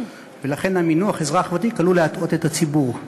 ולכן המינוח אזרח ותיק עלול להטעות את הציבור.